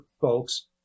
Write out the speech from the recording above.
folks